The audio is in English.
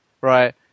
Right